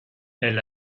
elle